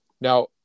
Now